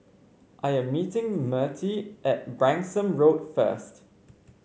I am meeting Mertie at Branksome Road first